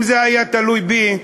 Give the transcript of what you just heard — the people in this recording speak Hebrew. אם זה תלוי בי,